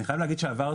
אני חייב להגיד שעברתי,